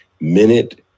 Minute